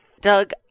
Doug